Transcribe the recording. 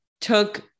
took